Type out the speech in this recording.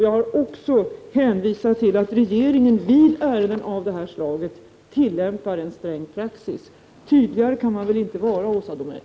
Jag har också hänvisat till att regeringen vid bedömningen av ärenden av detta slag tillämpar en sträng praxis. Tydligare kan man väl inte vara, Åsa Domeij.